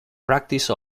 practice